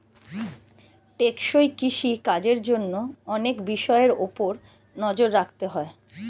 টেকসই কৃষি কাজের জন্য অনেক বিষয়ের উপর নজর রাখতে হয়